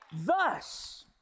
Thus